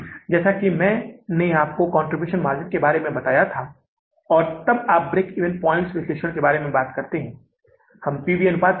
और अंत में आपके पास समापन नकदी शेष केवल इतना ही बचा है जिसे हमने न्यूनतम वांछित शेष के रूप में रखा था जो कि 25000 डॉलर है